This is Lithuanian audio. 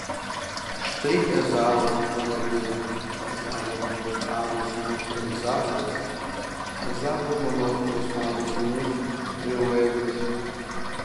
štai ezavo sūnų vardai ezavo žmonos ados sūnus elifazas ezavo žmonos basmatos sūnus reuelis